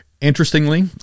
Interestingly